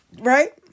Right